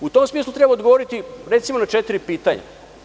U tom smislu treba odgovoriti, recimo na četiri pitanja.